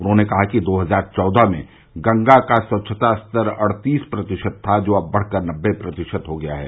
उन्होंने कहा कि दो हजार चौदह में गंगा का स्वच्छता स्तर अडतीस प्रतिशत था जो अब बढ कर नब्बे प्रतिशत हो गया है